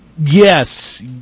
Yes